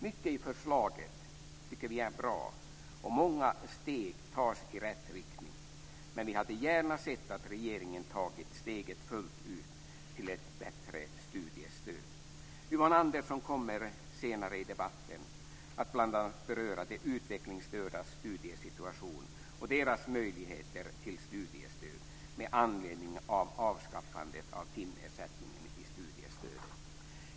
Mycket i förslaget tycker vi är bra och många steg tas i rätt riktning. Men vi hade gärna sett att regeringen tagit steget fullt ut till ett bättre studiestöd. Yvonne Andersson kommer senare i debatten att bl.a. beröra de utvecklingsstördas studiesituation och deras möjligheter till studiestöd med anledning av avskaffandet av timersättningen i studiestödet.